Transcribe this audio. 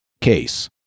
case